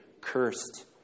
cursed